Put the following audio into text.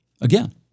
again